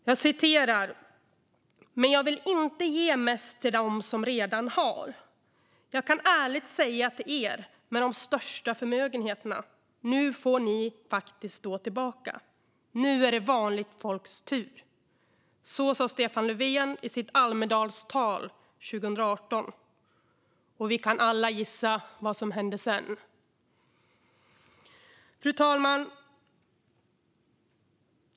Jag citerar: "Men jag vill inte ge mest till de som redan har mest. Jag kan ärligt säga till er med de största förmögenheterna: Nu får ni faktiskt stå tillbaka - nu är det vanligt folks tur!" Så sa Stefan Löfven i sitt Almedalstal 2018. Och vi kan alla gissa vad som hände sedan. Fru talman!